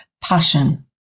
passion